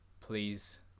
please